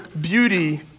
beauty